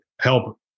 help